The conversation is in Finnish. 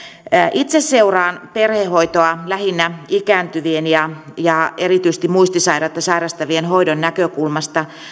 itse seuraan perhehoitoa lähinnä ikääntyvien ja ja erityisesti muistisairautta sairastavien hoidon näkökulmasta